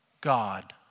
God